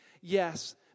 yes